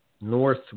north